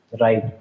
Right